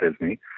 Disney